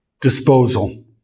disposal